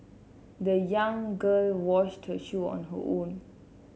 the young girl washed her shoe on her own